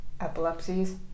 epilepsies